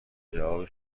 جواب